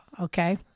okay